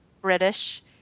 British